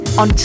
on